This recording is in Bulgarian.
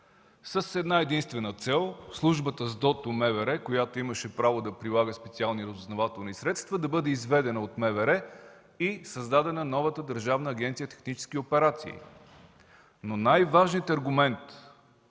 с една-единствена цел службата СДОТО-МВР, която имаше право да прилага специални разузнавателни средства, да бъде изведена от МВР и създадена новата Държавната агенция „Технически операции”. Най-важният аргумент